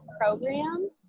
program